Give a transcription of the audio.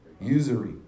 Usury